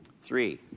Three